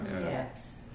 Yes